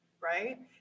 Right